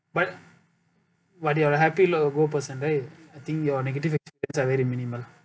but while you're a happy lot of goal person right I think your negative experience are very minimal